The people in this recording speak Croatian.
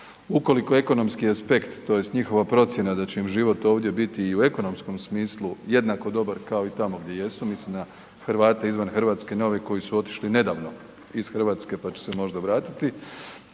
ukoliko ekonomski aspekt tj. njihova procjena da će im život ovdje biti i u ekonomskom smislu jednako dobar kao i tamo gdje jesu, mislim na Hrvate izvan Hrvatske na ove koji su otišli nedavno iz Hrvatske pa će se možda vratiti